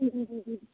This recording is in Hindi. जी जी जी